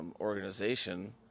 organization